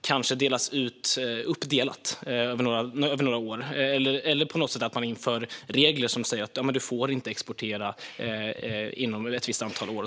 kanske delas ut uppdelat över några år, eller regler som säger att man inte får exportera under ett visst antal år.